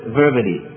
verbally